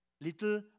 little